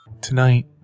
Tonight